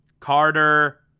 Carter